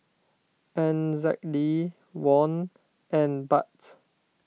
N Z D Won and Baht